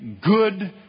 good